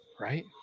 Right